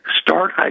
start